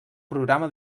programa